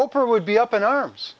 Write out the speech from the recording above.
oprah would be up in arms